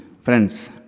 Friends